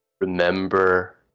Remember